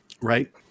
Right